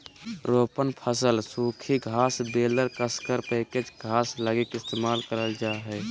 रोपण फसल सूखी घास बेलर कसकर पैकेज घास लगी इस्तेमाल करल जा हइ